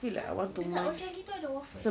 !huh! dekat old chang kee tu ada waffle